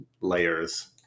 layers